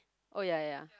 oh ya ya ya